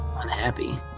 Unhappy